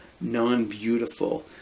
non-beautiful